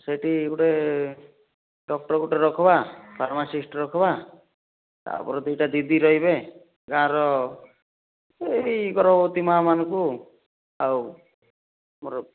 ସେଇଠି ଗୋଟିଏ ଡକ୍ଟର ଗୋଟିଏ ରଖବା ଫର୍ମାସିଷ୍ଟ ରଖବା ତାପରେ ଦୁଇଟା ଦିଦି ରହିବେ ଗାଁର ଏଇ ଗର୍ଭବତୀ ମା'ମାନଙ୍କୁ ଆଉ ମୋର